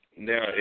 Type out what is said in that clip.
Now